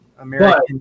American